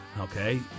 Okay